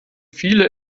viele